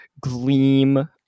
gleam